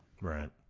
Right